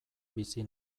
bizi